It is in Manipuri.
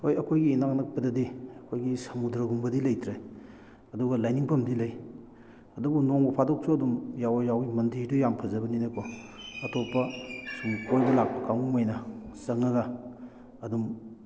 ꯍꯣꯏ ꯑꯩꯈꯣꯏꯒꯤ ꯏꯅꯥꯛ ꯅꯛꯄꯗꯗꯤ ꯑꯩꯈꯣꯏꯒꯤ ꯁꯃꯨꯗ꯭ꯔꯒꯨꯝꯕꯗꯤ ꯂꯩꯇ꯭ꯔꯦ ꯑꯗꯨꯒ ꯂꯥꯏꯅꯤꯡꯐꯝꯗꯤ ꯂꯩ ꯑꯗꯨꯕꯨ ꯅꯣꯡꯃ ꯐꯥꯗꯣꯛꯁꯨ ꯑꯗꯨꯝ ꯌꯥꯎꯕ ꯌꯥꯎꯋꯤ ꯃꯟꯗꯤꯔꯗꯨ ꯌꯥꯝꯅ ꯐꯖꯕꯅꯤꯅꯀꯣ ꯑꯇꯣꯞꯄ ꯁꯨꯝ ꯀꯣꯏꯕ ꯂꯥꯛꯄ ꯀꯥꯡꯕꯨꯈꯩꯅ ꯆꯪꯉꯒ ꯑꯗꯨꯝ